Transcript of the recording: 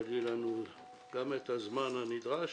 אבל יהיה לנו גם את הזמן הנדרש